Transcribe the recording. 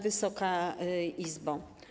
Wysoka Izbo!